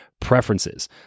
preferences